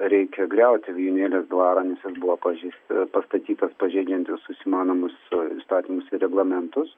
reikia griauti vijūnėlės dvarą nes jis buvo pažeista pastatytas pažeidžiant visus įmanomus įstatymus ir reglamentus